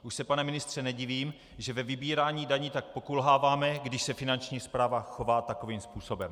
Už se, pane ministře, nedivím, že ve vybírání daní tak pokulháváme, když se Finanční správa chová takovým způsobem.